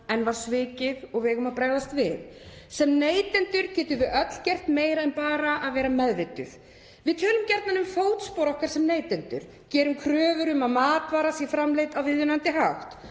en var svikið. Og við eigum að bregðast við. Sem neytendur getum við öll gert meira en bara að vera meðvituð. Við tölum gjarnan um fótspor okkar sem neytenda, gerum kröfur um að matvara sé framleidd á viðunandi hátt,